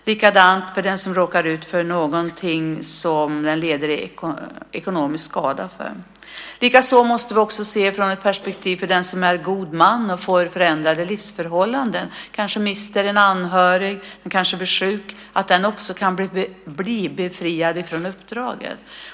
Detsamma gäller den som råkar ut för något som innebär att man lider ekonomisk skada. Vi måste dessutom se på detta utifrån den gode mannens perspektiv, när han eller hon får förändrade livsförhållanden, kanske genom att mista en anhörig eller bli sjuk. Den personen måste kunna bli befriad från uppdraget.